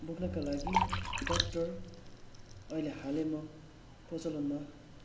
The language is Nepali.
बोक्नका लागि ट्य्राक्टर अहिले हालैमा प्रचलनमा